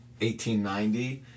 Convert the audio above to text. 1890